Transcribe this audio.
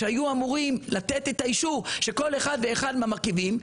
שהיו אמורים לתת את האישור של כל אחד ואחד מהמרכיבים.